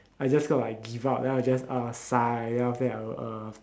I just felt like give up then I will just ah sigh after that I will uh